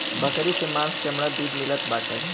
बकरी से मांस चमड़ा दूध मिलत बाटे